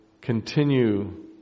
continue